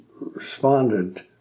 responded